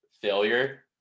failure